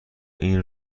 این